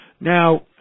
Now